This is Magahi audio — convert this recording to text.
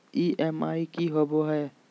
ई.एम.आई की होवे है?